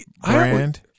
brand